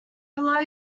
below